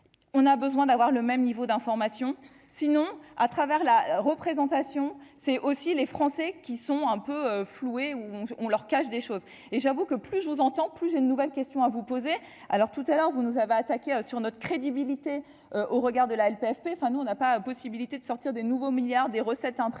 on a besoin d'avoir le même niveau d'information, sinon à travers la représentation, c'est aussi les Français qui sont un peu floués, où on leur cache des choses et j'avoue que, plus je vous entends plus une nouvelle question à vous poser, alors tout à l'heure, vous nous avez attaqué sur notre crédibilité au regard de la LPFP enfin, nous, on n'a pas la possibilité de sortir des nouveaux milliards des recettes imprévues